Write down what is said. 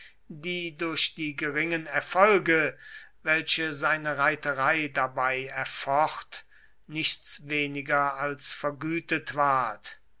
die durch die geringen erfolge welche seine reiterei dabei erfocht nichts weniger als vergütet ward